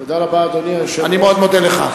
אני מאוד מודה לך.